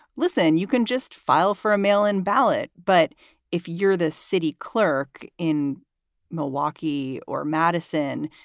listen, you can just file for a mail in ballot. but if you're the city clerk in milwaukee or madison,